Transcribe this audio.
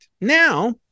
Now